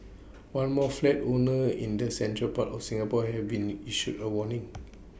one more flat owner in the central part of Singapore has been issued A warning